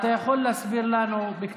אני מקשיב לך שעה, עכשיו תענה לי.